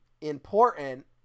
important